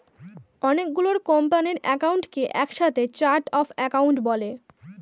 অনেক গুলো কোম্পানির অ্যাকাউন্টকে একসাথে চার্ট অফ অ্যাকাউন্ট বলে